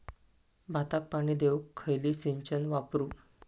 भाताक पाणी देऊक खयली सिंचन वापरू?